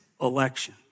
election